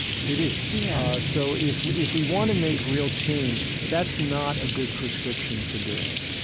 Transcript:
it is. yeah so if we if we want to make real change, that's not a good prescription for doing it.